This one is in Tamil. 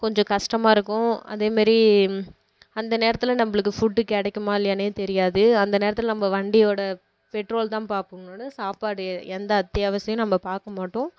கொஞ்சம் கஷ்டமாக இருக்கும் அதே மாதிரி அந்த நேரத்தில் நம்பளுக்கு ஃபுட்டு கிடைக்குமா இல்லையானே தெரியாது அந்த நேரத்தில் நம்ப வண்டியோடய பெட்ரோல்தான் பார்ப்போம் சாப்பாடு எந்த அத்தியாவசியம் நம்ப பார்க்க மாட்டோம்